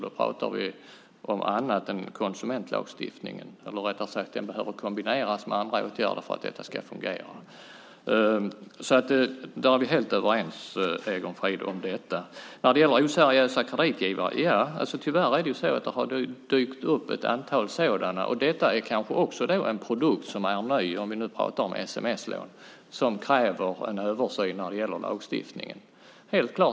Då pratar vi om annat än konsumentlagstiftningen. Eller, rättare sagt, den behöver kombineras med andra åtgärder för att detta ska fungera. Vi är helt överens om detta, Egon Frid. Sedan gällde det oseriösa kreditgivare. Tyvärr har det dykt upp ett antal sådana. Och om vi nu pratar om sms-lån är detta kanske en produkt som är ny och som kräver en översyn när det gäller lagstiftningen.